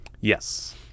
Yes